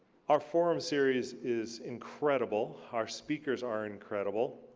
our forum series is incredible. our speakers are incredible,